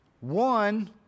One